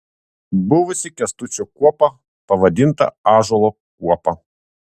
buvusi kęstučio kuopa pavadinta ąžuolo kuopa